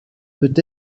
peut